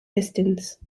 distance